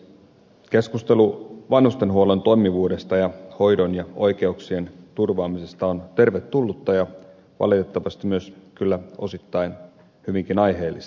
keskustelu vanhustenhuollon toimivuudesta ja hoidon ja oikeuksien turvaamisesta on tervetullutta ja valitettavasti myös kyllä osittain hyvinkin aiheellista